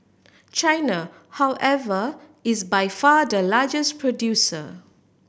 China however is by far the largest producer